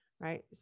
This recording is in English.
right